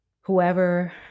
whoever